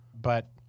but-